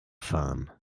fahren